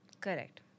Correct